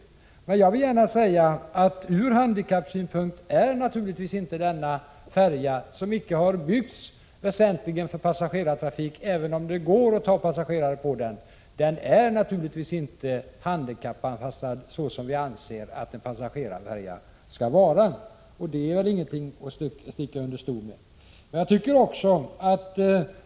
Jag vill emellertid gärna säga att denna färja — som inte har byggts väsentligen för passagerartrafik, även om det går att ta passagerare på den — naturligtvis inte är handikappanpassad på ett sådant sätt som vi anser att en passagerarfärja skall vara. Detta är inget att sticka under stol med.